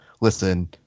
listen